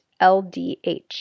LDH